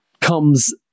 comes